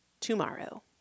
tomorrow